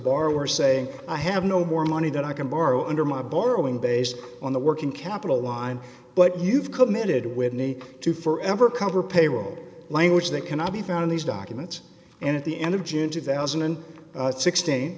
borrower saying i have no more money that i can borrow under my borrowing base on the working capital line but you've committed whitney to forever cover payroll language that cannot be found in these documents and at the end of june two thousand and sixteen